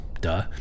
Duh